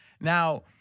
Now